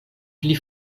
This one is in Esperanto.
pli